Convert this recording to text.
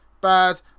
bad